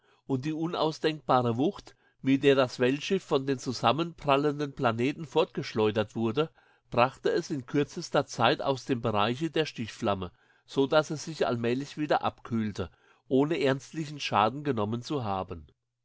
und die unausdenkbare wucht mit der das weltschiff von den zusammengeprallten planeten fortgeschleudert wurde brachte es in kürzester zeit aus dem bereiche der stichflamme so daß es sich allmählich wieder abkühlte ohne ernstlichen schaden genommen zu haben